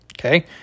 Okay